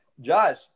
Josh